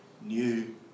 new